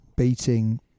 beating